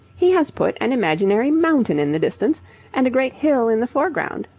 he has put an imaginary mountain in the distance and a great hill in the foreground.